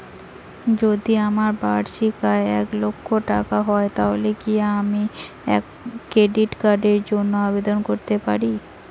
যদি আমার বার্ষিক আয় এক লক্ষ টাকা হয় তাহলে কি আমি ক্রেডিট কার্ডের জন্য আবেদন করতে পারি?